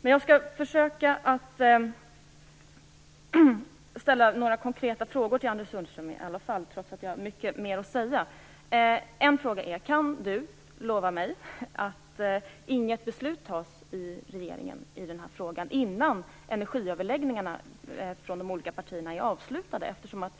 Jag skall försöka ställa några konkreta frågor till Anders Sundström. Jag har egentligen mycket mer att säga. En fråga är: Kan Anders Sundström lova mig att inget beslut fattas av regeringen i denna fråga innan energiöverläggnigarna är avslutade?